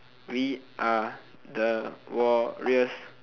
we are the warriors